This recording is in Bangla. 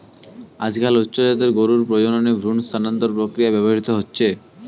আজকাল উচ্চ জাতের গরুর প্রজননে ভ্রূণ স্থানান্তর প্রক্রিয়া ব্যবহৃত হচ্ছে